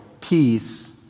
peace